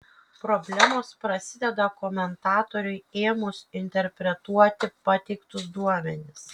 problemos prasideda komentatoriui ėmus interpretuoti pateiktus duomenis